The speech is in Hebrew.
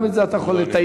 גם את זה אתה יכול לתייק.